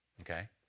Okay